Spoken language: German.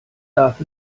darf